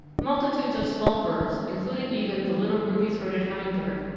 multitudes of small birds, including even the little ruby-throated hummingbird,